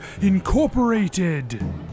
Incorporated